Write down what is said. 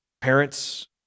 Parents